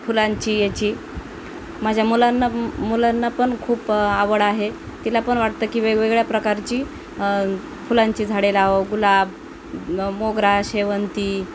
फुलांची याची माझ्या मुलांना मुलांना पण खूप आवड आहे तिला पण वाटतं की वेगवेगळ्या प्रकारची फुलांची झाडे लावावं गुलाब म मोगरा शेवंती